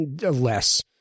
less